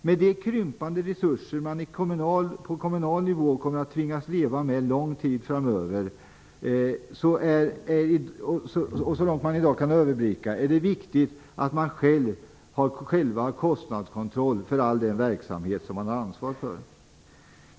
Med de krympande resurser som man på kommunal nivå kommer att tvingas leva med under lång tid framöver såvitt man i dag kan överblicka är det viktigt att man själv har kostnadskontroll över all den verksamhet som man har ansvar för.